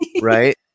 Right